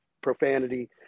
profanity